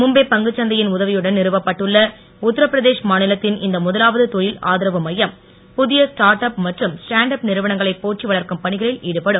மும்பை பங்குச் சந்தையின் உதவியுடன் நிறுவப்பட்டுள்ள உத்தரபிரதேஷ் மாநிலத்தின் இந்த முதலாவது தொழில் ஆதரவு மையம் புதிய ஸ்டார்ட் அப் மற்றும் ஸ்டேண்ட் அப் நிறுவனங்களை போற்றி வளர்க்கும் பணிகளில் ஈடுபடும்